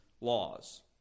laws